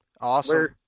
awesome